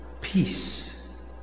Peace